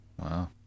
wow